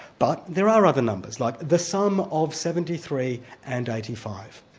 but there are other numbers, like the sum of seventy three and eighty five.